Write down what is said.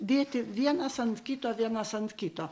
dėti vienas ant kito vienas ant kito